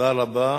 תודה רבה.